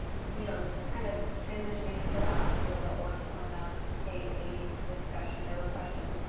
you know, kind of transitioning into that osceola ortona k eight discussion, there were questions,